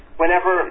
whenever